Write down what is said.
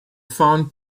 found